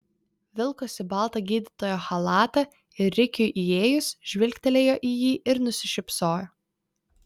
vilkosi baltą gydytojo chalatą ir rikiui įėjus žvilgtelėjo į jį ir nusišypsojo